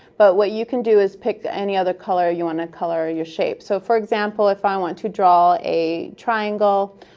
but what you can do is pick any other color you want to color your shape. so for example, if i want to draw a triangle,